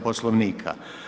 Poslovnika.